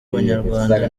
abanyarwanda